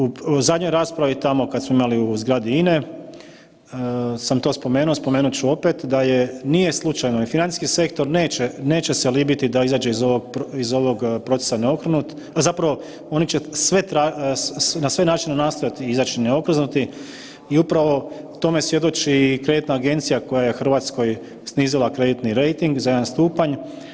U zadnjoj raspravi tamo kad smo imali u zgradi INA-e sam to spomenuo, spomenut ću opet, da je, nije slučajno, i financijski sektor neće se libiti da izađe iz ovog procesa neokrnut, a zapravo oni će na sve načine nastojati izaći neokrznuti i upravo tome svjedoči i kreditna agencija koja je Hrvatskoj snizila kreditni rejting za jedan stupanj.